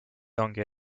ongi